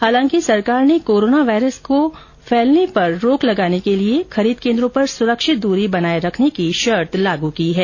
हालांकि सरकार ने कोरोना वायरस के फैलने पर रोक लगाने के लिए खरीद केन्द्रों पर सुरक्षित दूरी बनाये रखने की शर्त लागू की है